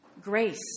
Grace